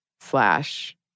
Slash